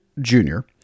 junior